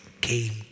came